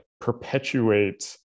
perpetuate